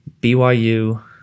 BYU